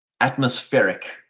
atmospheric